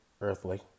earthly